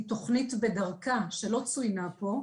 היא תוכנית "בדרכן" שלא צוינה פה.